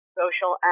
social